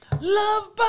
Love